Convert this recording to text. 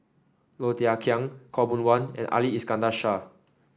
Low Thia Khiang Khaw Boon Wan and Ali Iskandar Shah